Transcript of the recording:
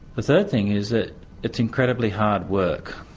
the third thing is that it's incredibly hard work,